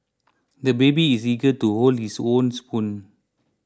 the baby is eager to hold his own spoon